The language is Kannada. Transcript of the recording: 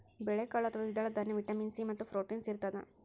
ಬೇಳೆಕಾಳು ಅಥವಾ ದ್ವಿದಳ ದಾನ್ಯ ವಿಟಮಿನ್ ಸಿ ಮತ್ತು ಪ್ರೋಟೀನ್ಸ್ ಇರತಾದ